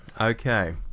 okay